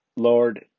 Lord